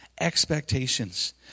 expectations